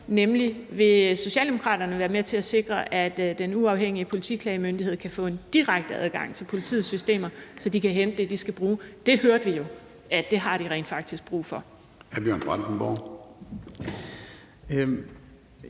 nemlig om Socialdemokraterne vil være med til at sikre, at Den Uafhængige Politiklagemyndighed kan få en direkte adgang til politiets systemer, så de kan hente det, de skal bruge. Det hørte vi jo at de rent faktisk har brug for.